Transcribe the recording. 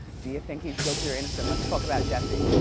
do you think he's guilty or innocent? let's talk about jussie.